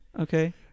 okay